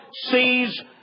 sees